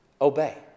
Obey